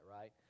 right